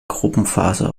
gruppenphase